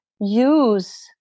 use